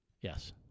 Yes